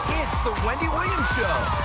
it's the wendy williams show.